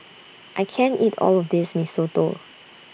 I can't eat All of This Mee Soto